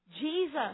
Jesus